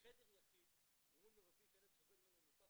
חדר יחיד הוא מום לבבי שהילד סובל ממנו ונותח